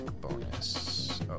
bonus